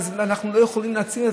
אז אנחנו לא יכולים להציל.